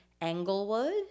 Englewood